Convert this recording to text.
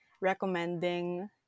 recommending